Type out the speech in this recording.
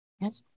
Yes